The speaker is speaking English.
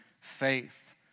faith